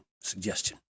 suggestion